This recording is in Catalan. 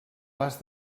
vas